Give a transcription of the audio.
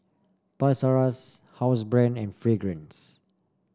Toys R Us Housebrand and Fragrance